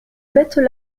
bêtes